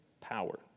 power